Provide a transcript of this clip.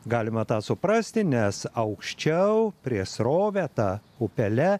galima tą suprasti nes aukščiau prieš srovę ta upele